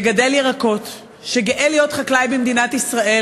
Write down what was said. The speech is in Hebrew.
מגדל ירקות שגאה להיות חקלאי במדינת ישראל: